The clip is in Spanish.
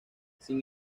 sin